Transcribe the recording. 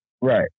Right